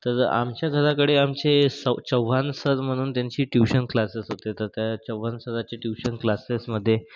तर आमच्या घराकडे आमचे स चौव्हाण सर म्हणून त्यांची ट्युशन क्लासेस होते तर त्या चौव्हाण सराची ट्युशन क्लासेसमध्ये